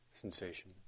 sensation